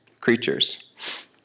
creatures